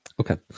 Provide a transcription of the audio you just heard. okay